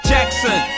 Jackson